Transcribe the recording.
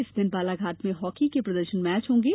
इस दिन बालाघाट में हॉकी के प्रदर्शन मैच खेले होंगे